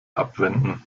abwenden